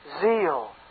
zeal